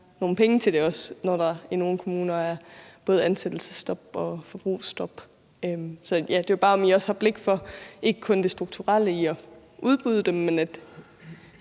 nogle penge til det også, når der i nogle kommuner er både ansættelsesstop og forbrugsstop. Så det var bare, om I også har blik for ikke kun det strukturelle i at udbyde dem, men